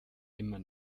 immer